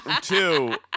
Two